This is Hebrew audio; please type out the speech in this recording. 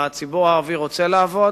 שהציבור הערבי רוצה לעבוד,